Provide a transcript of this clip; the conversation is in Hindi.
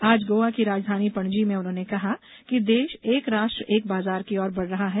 आज गोवा की राजधानी पणजी में उन्होंने कहा कि देश एक राष्ट्र एक बाजार की ओर बढ़ रहा है